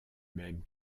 même